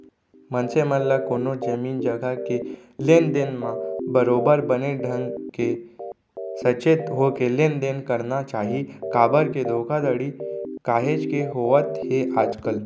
मनसे मन ल कोनो जमीन जघा के लेन देन म बरोबर बने ढंग के सचेत होके लेन देन करना चाही काबर के धोखाघड़ी काहेच के होवत हे आजकल